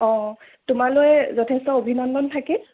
অঁ তোমালৈ যথেষ্ট অভিনন্দন থাকিল